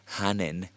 hänen